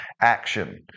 action